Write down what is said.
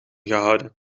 gehouden